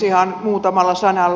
ihan muutamalla sanalla